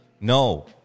No